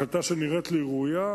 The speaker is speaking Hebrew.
החלטה שנראית לי ראויה,